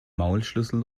maulschlüssel